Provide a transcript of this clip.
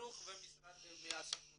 לנציג הסוכנות